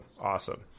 Awesome